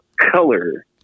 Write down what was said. color